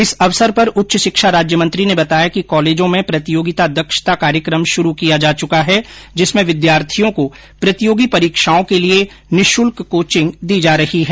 इस अवसर पर उच्च शिक्षा राज्यमंत्री ने बताया कि कॉलेजों में प्रतियोगिता दक्षता कार्यकम श्रू किया जा चुका है जिसमें विद्यार्थियों को प्रतियोगी परीक्षाओं के लिये निःशुल्क कोचिंग दी जो रही है